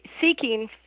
seeking